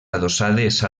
adossades